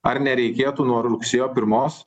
ar nereikėtų nuo rugsėjo pirmos